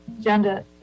agenda